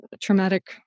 traumatic